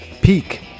Peak